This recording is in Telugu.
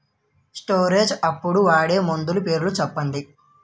స్టోరేజ్ అప్పుడు వాడే మందులు పేర్లు చెప్పండీ?